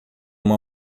uma